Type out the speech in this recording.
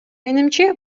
менимче